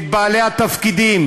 את בעלי התפקידים,